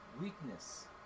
Weakness